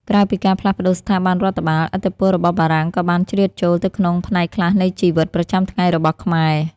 ក្រៅពីការផ្លាស់ប្ដូរស្ថាប័នរដ្ឋបាល ឥទ្ធិពលរបស់បារាំងក៏បានជ្រៀតចូលទៅក្នុងផ្នែកខ្លះនៃជីវិតប្រចាំថ្ងៃរបស់ខ្មែរ។